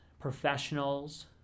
professionals